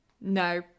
No